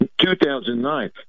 2009